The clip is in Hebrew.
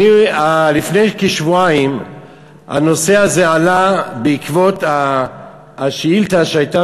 לפני כשבועיים הנושא הזה עלה בעקבות השאילתה שהייתה